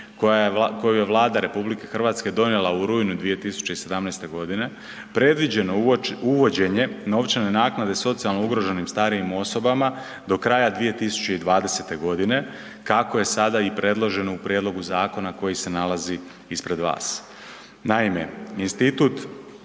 koju je Vlada RH donijela u rujnu 2017.godine, previđeno uvođenje novčane naknade socijalno ugroženim starijim osobama do kraja 2020.godine kako je sada i predloženo u prijedlogu zakona koji se nalazi ispred vas. Naime, institut